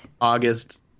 August